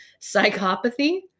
psychopathy